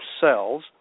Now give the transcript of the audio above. cells